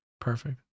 Perfect